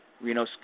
Reno